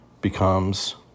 becomes